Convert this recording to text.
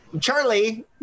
Charlie